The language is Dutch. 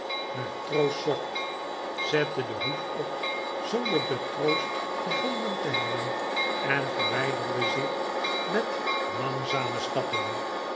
naar troost zocht zette den hoed op zonder den troost gevonden te hebben en verwijderde zich met langzame stappen